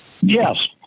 Yes